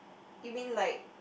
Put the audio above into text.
you mean like